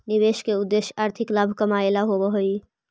निवेश के उद्देश्य आर्थिक लाभ कमाएला होवऽ हई